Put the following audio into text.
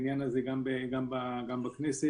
מה שאפשר.